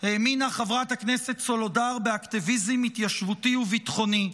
האמינה חברת הכנסת סולודר באקטיביזם התיישבותי וביטחוני.